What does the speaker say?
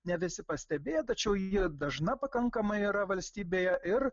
ne visi pastebėję tačiau ji dažna pakankamai yra valstybėje ir